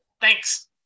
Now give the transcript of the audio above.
thanks